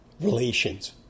relations